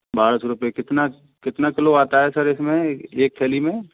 बारह सौ रुपए कितना कितना किलो आता है सर इसमें एक थैली में